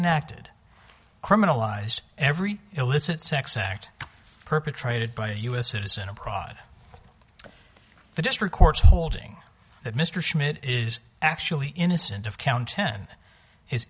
enacted criminalized every illicit sex act perpetrated by a u s citizen abroad the district court's holding that mr schmidt is actually innocent of count ten is